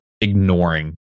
ignoring